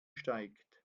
steigt